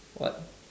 what